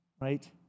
right